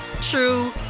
true